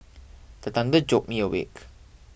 the thunder jolt me awake